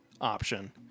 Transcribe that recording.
option